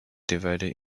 divided